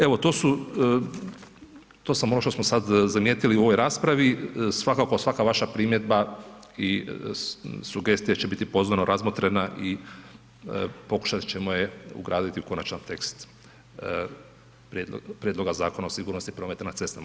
Evo to su, to sam ono što smo sad zamijetili u ovoj raspravi, svakako, svaka vaša primjedba i sugestija će biti pozorno razmotrena i pokušat ćemo je ugraditi u konačan tekst prijedloga Zakona o sigurnosti prometa na cestama.